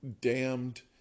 damned